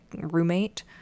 roommate